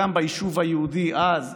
גם ביישוב היהודי אז,